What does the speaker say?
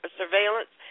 surveillance